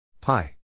pi